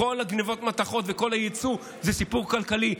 כל גנבות המתכות וכל הייצוא זה סיפור כלכלי.